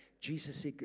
Jesus